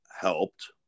helped